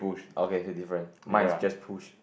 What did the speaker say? okay had different mine is just push